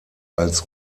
als